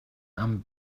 and